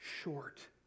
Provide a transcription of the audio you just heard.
short